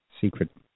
secret